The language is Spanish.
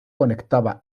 conectaba